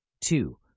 two